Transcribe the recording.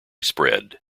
spread